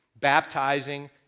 baptizing